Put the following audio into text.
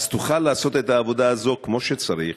אז תוכל לעשות את העבודה הזאת כמו שצריך,